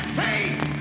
faith